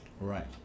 Right